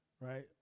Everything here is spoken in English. right